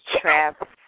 trap